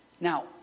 Now